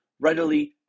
readily